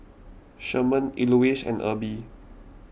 Sherman Elouise and Erby